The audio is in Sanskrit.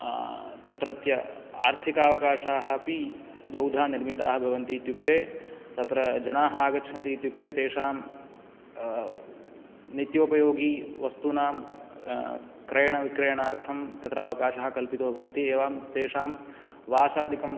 तत्रत्य आर्थिकाऽवकाशाः अपि बहुधा निर्मिताः भवन्ति इत्युक्ते तत्र जनाः आगच्छन्ति इत्युक्ते तेषां नित्योपयोगी वस्तूनां क्रयणविक्रयणार्थं तत्र अवकाशः कल्पितो भवति एवं तेषां वासादिकं